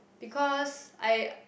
because I